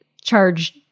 charge